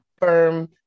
firm